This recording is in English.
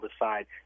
decide